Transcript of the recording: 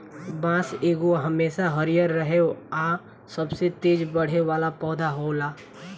बांस एगो हमेशा हरियर रहे आ सबसे तेज बढ़े वाला पौधा होला